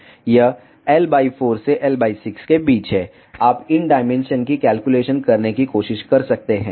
यह L 4 से L 6 के बीच है आप इन डायमेंशन की कैलकुलेशन करके कोशिश कर सकते हैं